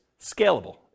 scalable